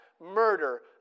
murder